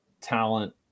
talent